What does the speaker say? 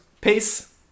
Peace